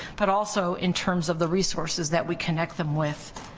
but also in terms of the resources that we connect them with.